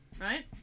Right